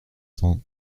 cents